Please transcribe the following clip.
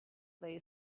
lay